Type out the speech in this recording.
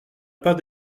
pas